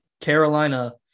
Carolina